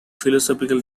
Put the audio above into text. philosophical